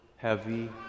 heavy